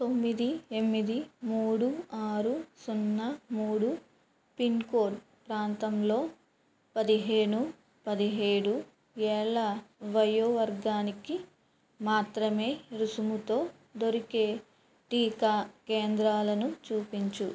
తొమ్మిది ఎనిమిది మూడు ఆరు సున్నా మూడు పిన్కోడ్ ప్రాంతంలో పదిహేను పదిహేడు ఏళ్ళ వయోవర్గానికి మాత్రమే రుసుముతో దొరికే టీకా కేంద్రాలను చూపించు